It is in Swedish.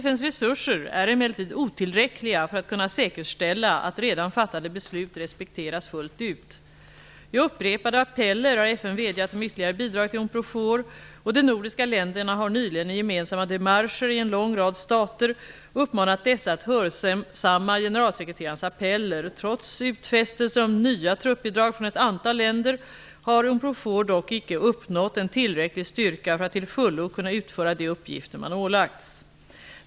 FN:s resurser är emellertid otillräckliga för att kunna säkerställa att redan fattade beslut respekteras fullt ut. I upprepade appeller har FN vädjat om ytterligare bidrag till Unprofor, och de nordiska länderna har nyligen i gemensamma démarcher i en lång rad stater uppmanat dessa att hörsamma generalsekreterarens appeller. Trots utfästelser om nya truppbidrag från ett antal länder har Unprofor dock icke uppnått en tillräcklig styrka för att till fullo kunna utföra de uppgifter man ålagts.